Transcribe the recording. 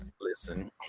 listen